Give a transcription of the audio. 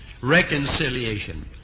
reconciliation